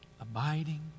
Abiding